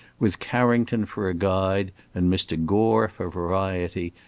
with carrington for a guide and mr. gore for variety,